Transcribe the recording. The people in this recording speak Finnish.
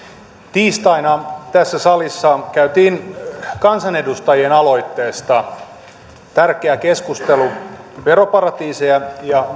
tiistaina tässä salissa käytiin kansanedustajien aloitteesta tärkeä keskustelu veroparatiiseja ja